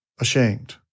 ashamed